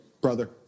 Brother